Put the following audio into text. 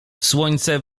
słońce